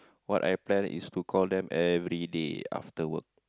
what I plan is to call them everyday after work